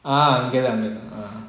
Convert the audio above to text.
ah அங்க தான் அங்க தான்:anga thaan anga thaan